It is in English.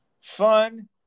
fun